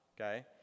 Okay